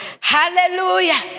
Hallelujah